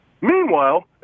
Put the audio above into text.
Meanwhile